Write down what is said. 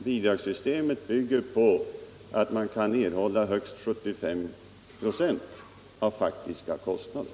Bidragssystemet bygger på att organisationerna kan erhålla högst 75 96 av faktiska kostnader.